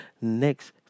next